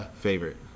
favorite